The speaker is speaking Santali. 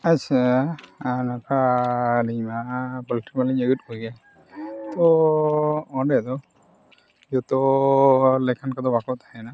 ᱟᱪᱪᱷᱟ ᱟᱨ ᱚᱱᱠᱟ ᱟᱹᱞᱤᱧ ᱢᱟ ᱯᱳᱞᱴᱨᱤ ᱢᱟᱞᱤᱧ ᱟᱹᱜᱩᱭᱮᱫ ᱠᱚᱜᱮᱭᱟ ᱛᱚ ᱚᱸᱰᱮ ᱫᱚ ᱡᱚᱛᱚ ᱞᱮᱠᱟᱱ ᱠᱚᱫᱚ ᱵᱟᱠᱚ ᱛᱟᱦᱮᱱᱟ